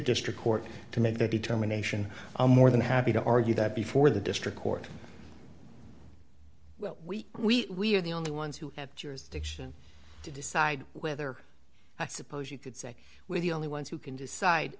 district court to make that determination i'm more than happy to argue that before the district court well we we're the only ones who have jurisdiction to decide whether i suppose you could say we're the only ones who can decide